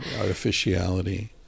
artificiality